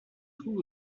trouve